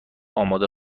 آماده